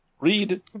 Read